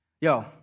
Yo